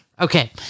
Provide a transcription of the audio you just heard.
okay